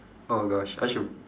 oh gosh I should